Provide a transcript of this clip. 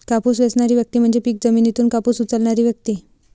कापूस वेचणारी व्यक्ती म्हणजे पीक जमिनीतून कापूस उचलणारी व्यक्ती